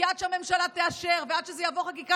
כי עד שהממשלה תאשר ועד שזה יעבור חקיקה,